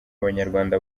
abanyarwanda